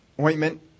ointment